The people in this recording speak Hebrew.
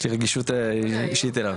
יש לי רגישות אישית אליו.